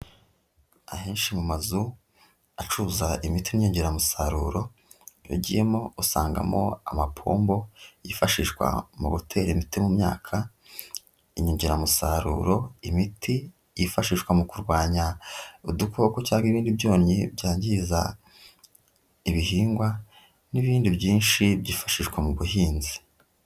Ahenshi mu mazu acuruza imiti n'inyongeramusaruro iyo ugiyemo usangamo amapombo yifashishwa mu gutera imiti mu myaka, inyongeramusaruro, imiti yifashishwa mu kurwanya udukoko cyangwa ibindi byonnyi byangiza ibihingwa n'ibindi byinshi byifashishwa mu buhinzi.